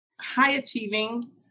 high-achieving